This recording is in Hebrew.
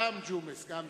גם ג'ומס, גם ג'ומס.